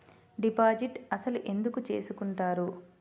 Deposit అసలు ఎందుకు చేసుకుంటారు?